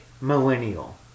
millennial